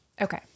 Okay